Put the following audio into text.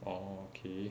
orh okay